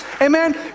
Amen